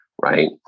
right